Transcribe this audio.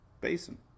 basin